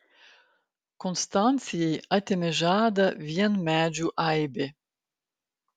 konstancijai atėmė žadą vien medžių aibė